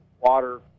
Water